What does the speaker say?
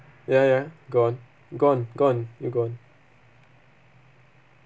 ya ya go on go on go on you go on